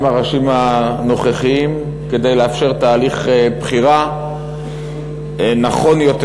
הראשיים הנוכחיים כדי לאפשר תהליך בחירה נכון יותר,